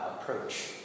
approach